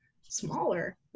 smaller